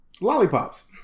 Lollipops